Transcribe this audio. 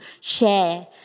share